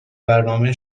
برنامه